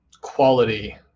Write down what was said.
quality